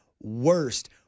worst